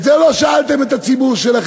את זה לא שאלתם את הציבור שלכם,